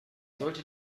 sollte